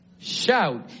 shout